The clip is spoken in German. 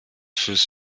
fürs